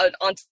on